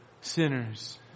sinners